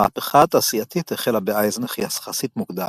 המהפכה התעשייתית החלה באייזנך יחסית מוקדם.